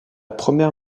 première